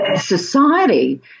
society